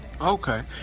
Okay